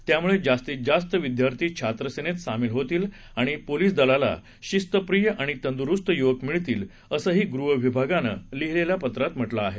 त्यामुळे जास्तीत जास्त विद्यार्थी छात्रसेनेत सामील होतील आणि पोलीस दलाला शिस्तप्रिय आणि तंदुरुस्त युवक मिळतील असंही गृह विभागानं लिहिलेल्या पत्रात म्हटलं आहे